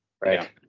Right